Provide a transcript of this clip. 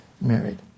married